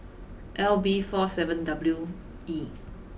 L B four seven W E